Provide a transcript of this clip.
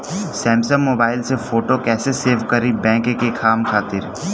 Samsung mobile में photo कैसे save करीं बैंक के काम खातिर?